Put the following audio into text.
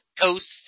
Coast